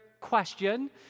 question